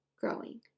growing